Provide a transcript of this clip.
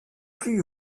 plus